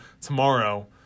tomorrow